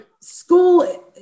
school